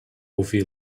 ouvi